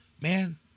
man